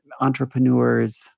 entrepreneurs